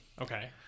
Okay